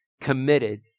committed